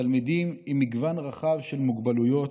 תלמידים עם מגוון רחב של מוגבלויות,